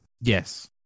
Yes